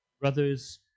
brothers